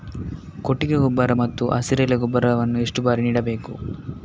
ಕೊಟ್ಟಿಗೆ ಗೊಬ್ಬರ ಮತ್ತು ಹಸಿರೆಲೆ ಗೊಬ್ಬರವನ್ನು ಎಷ್ಟು ಬಾರಿ ನೀಡಬೇಕು?